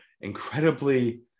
incredibly